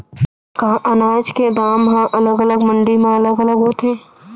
का अनाज के दाम हा अलग अलग मंडी म अलग अलग होथे?